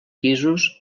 pisos